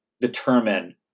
determine